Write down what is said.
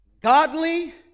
godly